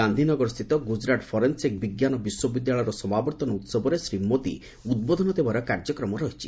ଗାନ୍ଧୀନଗରସ୍ଥିତ Gujarat forensic ବିଜ୍ଞାନ ବିଶ୍ୱବିଦ୍ୟାଳୟର ସମାବର୍ତ୍ତନ ଉତ୍ସବରେ ଶ୍ରୀ ମୋଦି ଉଦ୍ବୋଧନ ଦେବାର କାର୍ଯ୍ୟକ୍ରମ ରହିଛି